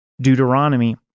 Deuteronomy